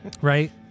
Right